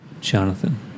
Jonathan